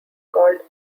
called